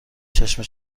چشم